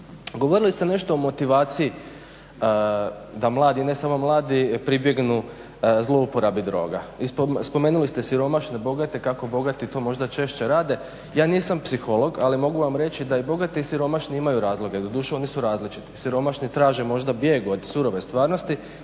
Govorili ste nešto o motivaciji da mladi, ne samo mladi pribjegnu zlouporabi droga i spomenuli ste siromašne, bogate, kako bogati to možda češće rade, ja nisam psiholog ali mogu vam reći da i bogati i siromašni imaju razloge, doduše oni su različiti. Siromašni možda traže bijeg od surove stvarnosti,